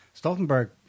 Stoltenberg